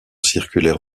circulaire